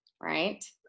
right